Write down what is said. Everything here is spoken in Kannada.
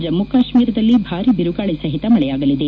ಜಮ್ನು ಕಾಶ್ಮೀರದಲ್ಲಿ ಭಾರೀ ಬಿರುಗಾಳಿ ಸಹಿತ ಮಳೆಯಾಗಲಿದೆ